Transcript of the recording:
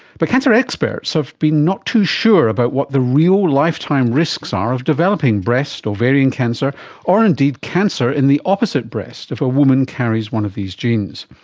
but cancer experts have been not too sure about what the real lifetime risks are of developing breast, ovarian cancer or indeed cancer in the opposite breast if a woman carries one of these genes.